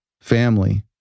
family